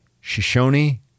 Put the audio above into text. Shoshone